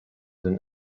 than